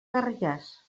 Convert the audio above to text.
garrigàs